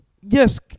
yes